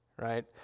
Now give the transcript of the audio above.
right